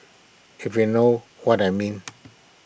if you know what I mean